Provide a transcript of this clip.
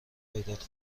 پیدات